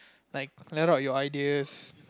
like let out your ideas